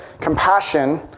compassion